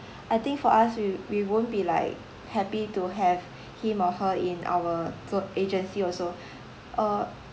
I think for us we we won't be like happy to have him or her in our tour agency also uh